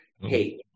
hey